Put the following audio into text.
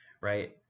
right